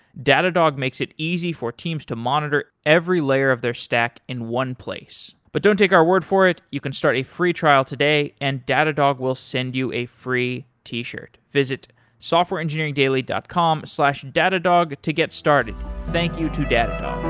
datadog makes it easy for teams to monitor every layer of their stack in one place. but don't take our word for it, you can start a free trial today and datadog will send you a free t-shirt. visit softwareengineeringdaily dot com slash datadog to get started thank you to datadog